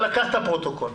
קח את הפרוטוקול,